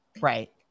right